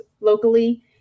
locally